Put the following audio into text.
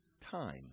time